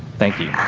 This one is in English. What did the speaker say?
thank you!